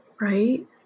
Right